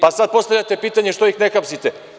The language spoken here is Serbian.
Pa, sada postavljate pitanje – što ih ne hapsite?